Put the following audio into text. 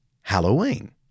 Halloween